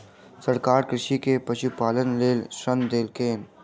सरकार कृषक के पशुपालनक लेल ऋण देलकैन